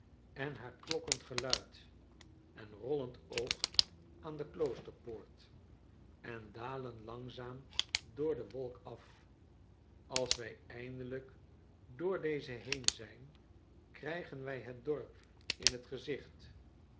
en haar klokkend geluid en rollend oog aan de kloosterpoort en dalen langzaam door de wolk af als wij eindelijk door deze heen zijn krijgen wij het dorp in het gezicht